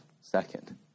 second